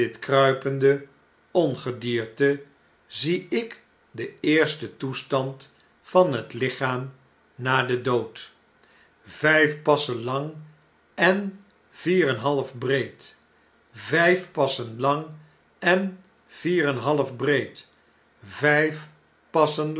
kruipende ongedierte zie ik den eersten toestand van het lichaam na den dood vjjf passen lang en vier en een half breed vjjf passen lang en vier en een half breed vjjf